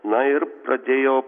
na ir pradėjo